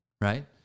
Right